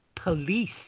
police